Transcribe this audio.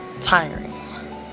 tiring